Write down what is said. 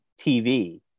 TV